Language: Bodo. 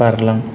बारलां